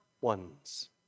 ones